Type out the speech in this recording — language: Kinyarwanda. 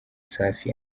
safi